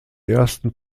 ersten